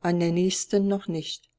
an der nächsten noch nicht